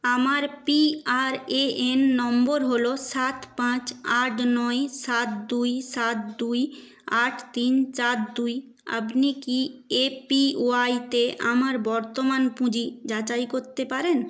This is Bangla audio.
আমার পিআরএএন নম্বর হল সাত পাঁচ আট নয় সাত দুই সাত দুই আট তিন চার দুই আপনি কি এপিওয়াইতে আমার বর্তমান পুঁজি যাচাই করতে পারেন